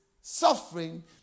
suffering